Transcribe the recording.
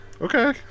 Okay